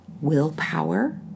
willpower